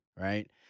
right